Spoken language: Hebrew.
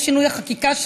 זה שינוי החקיקה,